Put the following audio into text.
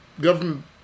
government